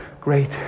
great